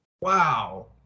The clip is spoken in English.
Wow